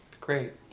great